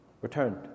returned